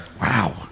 Wow